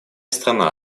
страна